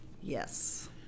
Yes